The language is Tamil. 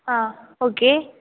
ஆ ஓகே